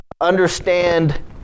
understand